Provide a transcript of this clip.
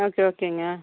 okay ஓகேங்க